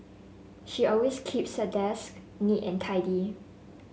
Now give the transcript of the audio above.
she always keeps her desk neat and tidy